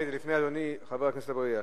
צריך הצעה אחרת.